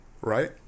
right